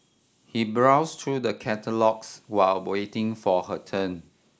he browsed through the catalogues while waiting for her turn